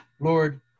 Lord